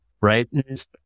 Right